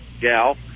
gal